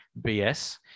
BS